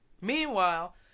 Meanwhile